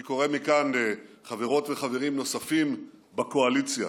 אני קורא מכאן לחברות וחברים נוספים בקואליציה